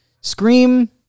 Scream